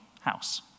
house